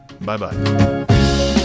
Bye-bye